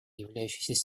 являющиеся